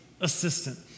assistant